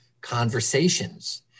conversations